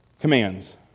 commands